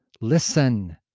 Listen